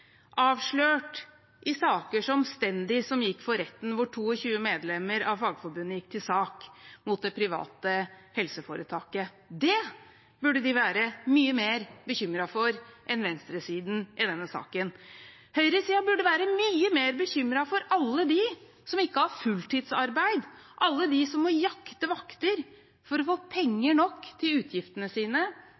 avslørt i saker som Stendi-saken, som gikk for retten, hvor 22 medlemmer av Fagforbundet gikk til sak mot det private helseforetaket. Det burde de være mye mer bekymret for enn for venstresiden i denne saken. Høyresiden burde være mye mer bekymret for alle dem som ikke har fulltidsarbeid, alle dem som må jakte vakter for å få penger nok til utgiftene sine, penger nok til å forsørge ungene sine.